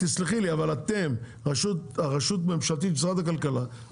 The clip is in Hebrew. הרשות הממשלתית במשרד הכלכלה,